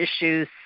issues